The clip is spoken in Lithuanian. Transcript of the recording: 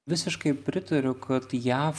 visiškai pritariu kad jav